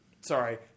sorry